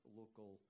local